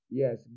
yes